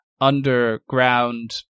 underground